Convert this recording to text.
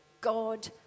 God